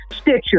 Stitcher